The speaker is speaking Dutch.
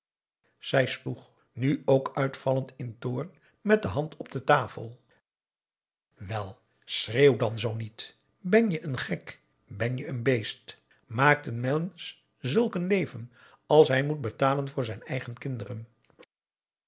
zij sloeg nu ook uitvallend in toorn met de hand op de tafel wel schreeuw dan zoo niet ben je een gek ben je een beest maakt een mensch zulk een leven als hij moet betalen voor zijn eigen kinderen